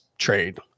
trade